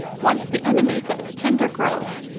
once the enemies of its tender growth,